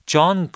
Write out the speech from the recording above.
John